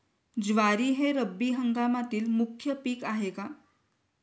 ज्वारी हे रब्बी हंगामातील मुख्य पीक आहे का?